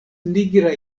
nigra